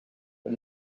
but